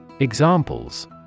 Examples